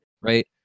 right